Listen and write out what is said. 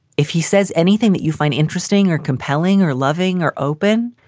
if he says anything that you find interesting or compelling or loving or open,